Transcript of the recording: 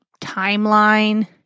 timeline